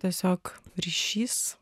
tiesiog ryšys